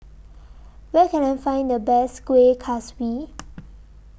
Where Can I Find The Best Kueh Kaswi